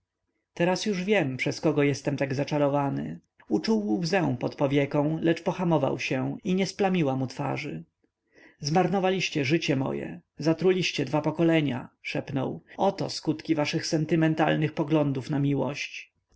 teraz już wiem przez kogo jestem tak zaczarowany uczuł łzę pod powieką lecz pohamował się i nie splamiła mu twarzy zmarnowaliście życie moje zatruliście dwa pokolenia szepnął oto skutki waszych sentymentalnych poglądów na miłość